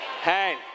Hey